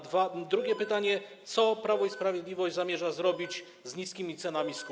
Drugie pytanie: Co Prawo i Sprawiedliwość zamierza zrobić z niskimi cenami skupu?